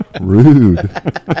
Rude